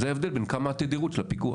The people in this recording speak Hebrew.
זה ההבדל בתדירות של הפיקוח.